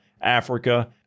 Africa